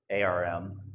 ARM